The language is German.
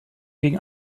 gegen